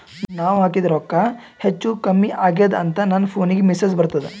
ನಾವ ಹಾಕಿದ ರೊಕ್ಕ ಹೆಚ್ಚು, ಕಮ್ಮಿ ಆಗೆದ ಅಂತ ನನ ಫೋನಿಗ ಮೆಸೇಜ್ ಬರ್ತದ?